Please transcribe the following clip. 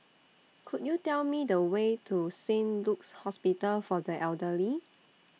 Could YOU Tell Me The Way to Saint Luke's Hospital For The Elderly